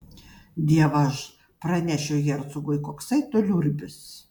dievaž pranešiu hercogui koksai tu liurbis